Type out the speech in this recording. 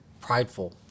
prideful